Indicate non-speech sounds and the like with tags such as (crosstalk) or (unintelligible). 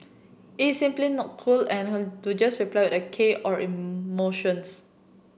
it's simply not cool and (unintelligible) to just reply a k or emoticons